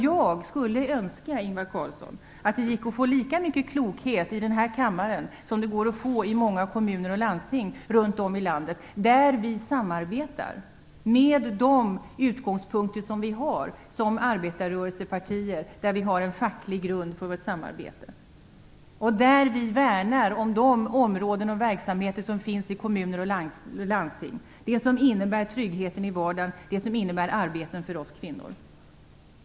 Jag skulle önska, Ingvar Carlsson, att det gick att få lika mycket klokhet i den här kammaren som det går att få i många kommuner och landsting runt om i landet. Där samarbetar vi med de utgångspunkter som vi har som arbetarrörelsepartier och med en facklig grund för vårt samarbete. Där värnar vi om de områden och verksamheter som finns i kommuner och landsting, det som innebär tryggheten i vardagen och arbete för oss kvinnor.